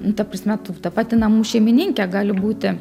nu ta prasme tu ta pati namų šeimininkė gali būti